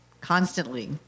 constantly